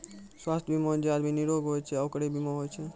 स्वास्थ बीमा मे जे आदमी निरोग होय छै ओकरे बीमा होय छै